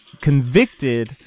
convicted